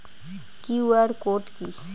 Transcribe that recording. QR code কি?